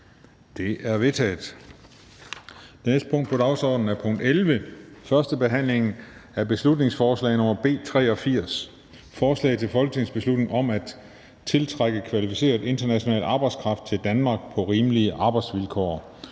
Det er vedtaget.